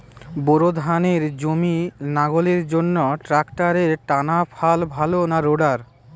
Bore ধানের জমি লাঙ্গলের জন্য ট্রাকটারের টানাফাল ভালো না রোটার?